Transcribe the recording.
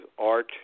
art